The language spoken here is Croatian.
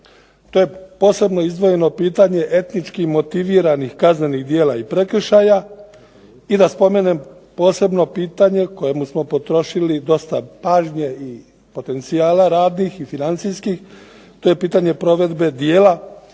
to je posebno izdvojeno pitanje etnički motiviranih kaznenih djela i prekršaja. I da spomenem posebno pitanje kojemu smo potrošili dosta pažnje i potencijala radnih i financijskih, to je pitanje provedbe dijela